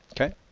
Okay